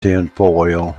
tinfoil